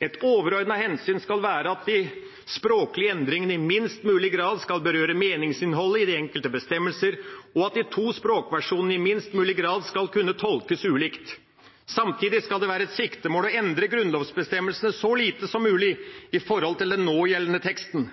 Et overordnet hensyn skal være at de språklige endringene i minst mulig grad skal berøre meningsinnholdet i de enkelte bestemmelsene, og at de to språkversjonene i minst mulig grad skal kunne tolkes ulikt. Samtidig skal det være et siktemål å endre grunnlovsbestemmelsene så lite som mulig i forhold til den någjeldende teksten.